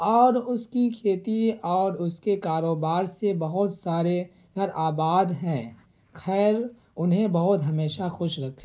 اور اس کی کھیتی اور اس کے کاروبار سے بہت سارے گھر آباد ہیں خیر انہیں بہت ہمیشہ خوش رکھے